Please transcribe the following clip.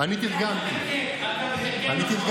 אני תרגמתי מייד.